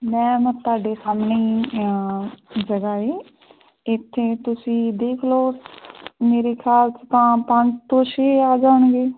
ma'am ਆਹ ਤੁਹਾਡੇ ਸਾਹਮਣੇ ਹੀ ਜਗ੍ਹਾਂ ਹੈ ਇੱਥੇ ਤੁਸੀਂ ਦੇਖ ਲਓ ਮੇਰੇ ਖਿਆਲ 'ਚ ਤਾਂ ਪੰਜ ਤੋਂ ਛੇ ਆ ਜਾਣਗੇ